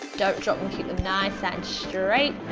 don't drop them keep them nice and straight.